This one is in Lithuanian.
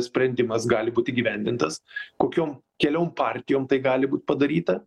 sprendimas gali būt įgyvendintas kokiom keliom partijom tai gali būt padaryta